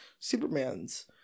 supermans